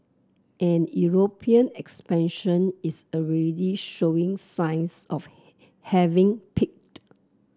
and European expansion is already showing signs of having peaked